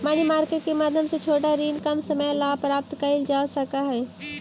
money market के माध्यम से छोटा ऋण कम समय ला प्राप्त कैल जा सकऽ हई